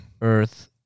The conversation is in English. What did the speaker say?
earth